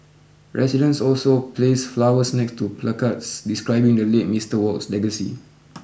residents also placed flowers next to placards describing the late Mister Wok's legacy